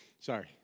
Sorry